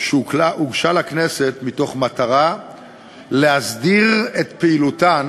שהוגשה לכנסת במטרה להסדיר את פעילותן